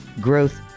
growth